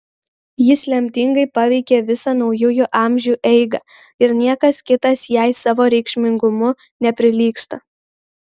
jis lemtingai paveikė visą naujųjų amžių eigą ir niekas kitas jai savo reikšmingumu neprilygsta